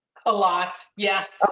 a lot, yes.